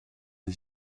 des